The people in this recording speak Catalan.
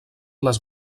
les